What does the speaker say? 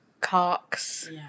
cocks